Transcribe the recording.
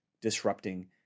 disrupting